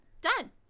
Done